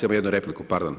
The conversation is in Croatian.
Imamo jednu repliku, pardon.